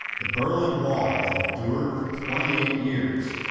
the berlin wall had endured for twenty eight years,